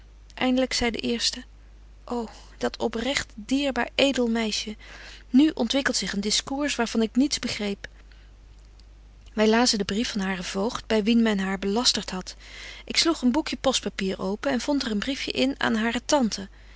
eindlyk zei de eerste o dat oprecht dierbaar edel meisje nu ontwikkelt zich een discours waar van ik niets begreep wy lazen den brief van haren voogd by wien men haar belastert hadt ik sloeg een boekje postpapier open en vond er een briefje in aan hare tante